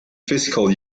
fiscal